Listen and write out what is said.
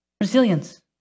Resilience